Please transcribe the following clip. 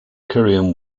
korean